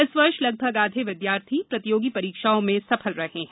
इस वर्ष लगभग आधे विद्यार्थी प्रतियोगी परीक्षाओं में सफल रहे हैं